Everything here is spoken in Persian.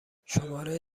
شماره